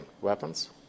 weapons